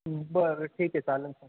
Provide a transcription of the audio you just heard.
बरं ठीक आहे चालेल